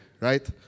right